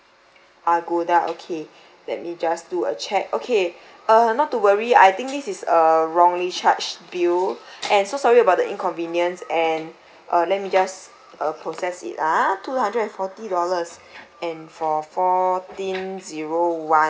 agoda okay let me just do a check okay uh not to worry I think this is uh wrongly charged bill and so sorry about the inconvenience and uh let me just uh process it ah two hundred and forty dollars and for fourteen zero one